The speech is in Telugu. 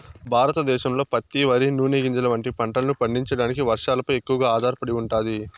భారతదేశంలో పత్తి, వరి, నూనె గింజలు వంటి పంటలను పండించడానికి వర్షాలపై ఎక్కువగా ఆధారపడి ఉంటాది